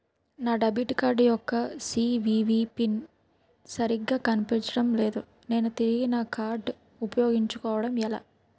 నా debit card యెక్క CVV PIN సరిగా కనిపించడం లేదు నేను తిరిగి నా కార్డ్ఉ పయోగించుకోవడం ఎలా?